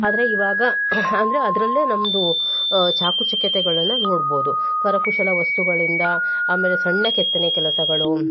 ಆದರೆ ಇವಾಗ ಅಂದರೆ ಅದರಲ್ಲೇ ನಮ್ಮದು ಚಾಕ ಚಕ್ಯತೆಗಳನ್ನು ನೋಡ್ಬೋದು ಕರಕುಶಲ ವಸ್ತುಗಳಿಂದ ಆಮೇಲೆ ಸಣ್ಣ ಕೆತ್ತನೆ ಕೆಲಸಗಳು